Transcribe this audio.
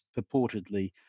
purportedly